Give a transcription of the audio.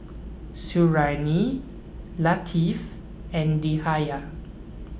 Suriani Latif and Dhia